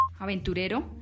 Aventurero